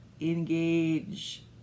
engage